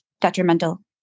detrimental